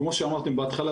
כמו שאמרתם בהתחלה,